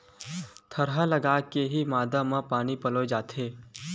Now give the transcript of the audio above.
थरहा लगाके के ही मांदा म पानी पलोय जाथे